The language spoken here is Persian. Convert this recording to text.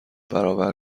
برابر